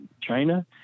China